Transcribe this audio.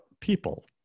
people